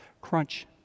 Crunch